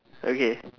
okay